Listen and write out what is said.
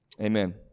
Amen